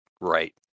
right